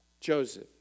Joseph